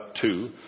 two